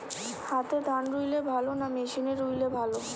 হাতে ধান রুইলে ভালো না মেশিনে রুইলে ভালো?